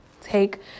take